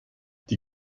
die